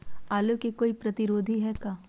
आलू के कोई प्रतिरोधी है का?